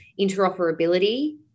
interoperability